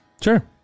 Sure